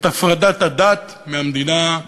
את הפרדת הדת מהמדינה,